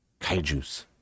kaijus